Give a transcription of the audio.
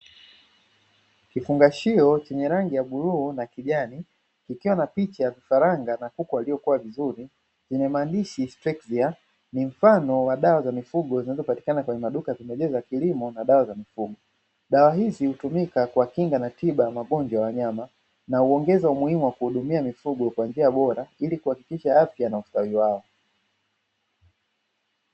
Kifungashio chenye rangi ya bluu na kijani, kikiwa na picha ya faranga na kuku waliokuwa vizuri, chenye maandishi "Stekshia" ni mfano wa dawa za mifugo zinazopatikana kwenye maduka pembejeo za kilimo na dawa za mifugo. Dawa hizi hutumika kwa kinga na tiba ya magonjwa ya wanyama na uongeza umuhimu wa kuhudumia mifugo kwa njia bora ili kuhakikisha afya na ustawi wao.